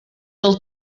del